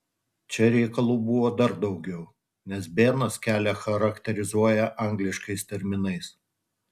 čia reikalų buvo dar daugiau nes benas kelią charakterizuoja angliškais terminais